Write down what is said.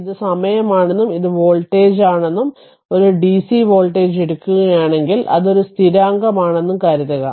ഇത് സമയമാണെന്നും ഇത് വോൾട്ടേജാണെന്നും ഒരു ഡിസി വോൾട്ടേജ് എടുക്കുകയാണെങ്കിൽ അത് ഒരു സ്ഥിരാങ്കമാണെന്നും കരുതുക